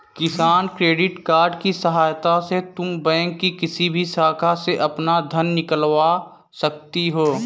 किसान credit card की सहायता से तुम बैंक की किसी भी शाखा से अपना धन निकलवा सकती हो